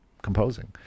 composing